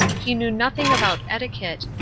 he knew nothing about etiquette,